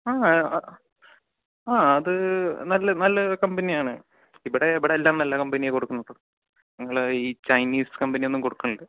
അത് നല്ല നല്ല കമ്പനിയാണ് ഇവിടെ ഇവിടെയല്ലാം നല്ല കമ്പനിയെ കൊടുക്കുന്നുള്ളു ഞങ്ങളീ ചൈനീസ് ക്മ്പനിയൊന്നും കൊടുക്കുന്നില്ല